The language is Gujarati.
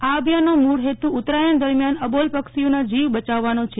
આ અભિયાનનો મૂળ હેતુ ઉત્તરાયત દરમીયાન અબોલ પક્ષીઓના જીવ બચાવવાનો છે